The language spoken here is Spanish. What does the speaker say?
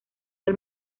del